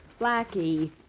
Blackie